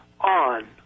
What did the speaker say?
on